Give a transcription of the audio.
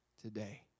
today